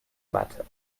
matter